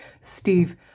Steve